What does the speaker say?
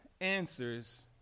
answers